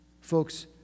Folks